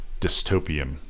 dystopian